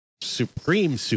Supreme